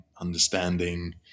understanding